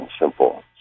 simple